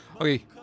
Okay